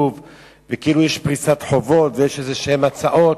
וכאילו יש פריסת חובות ויש איזה הצעות.